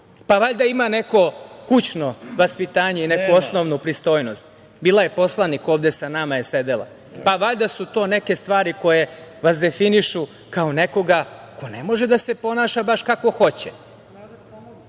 Pa valjda ima neko kućno vaspitanje i neku osnovnu pristojnost. Bila je poslanik, ovde sa nama je sedela. Pa valjda su to neke stvari koje vas definišu kao nekoga ko ne može da se ponaša kako